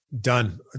Done